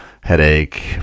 headache